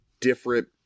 different